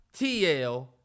TL